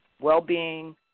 well-being